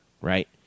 right